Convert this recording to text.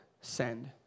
send